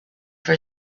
for